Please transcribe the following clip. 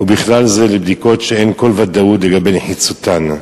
ובכלל זה לבדיקות שאין כל ודאות לגבי נחיצותן.